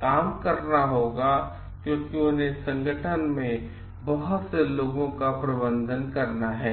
काम करना होगा क्योंकि उन्हें संगठन में बहुत से लोगों का प्रबंधन करना है